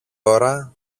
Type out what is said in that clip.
ώρα